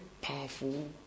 powerful